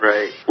Right